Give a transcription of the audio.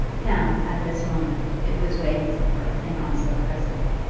now at this moment it was waiting for her in onslow crescent.